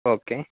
okay